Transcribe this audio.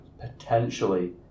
potentially